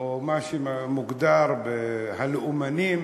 או מה שמוגדר "הלאומנים",